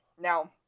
Now